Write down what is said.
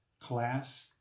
class